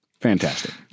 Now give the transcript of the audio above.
Fantastic